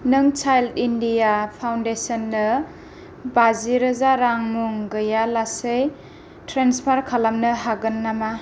नों child India फाउण्डेसननो बाजिरोजा रां मुं गैयालासै ट्रेन्सफार खालामनो हागोन नामा